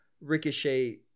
Ricochet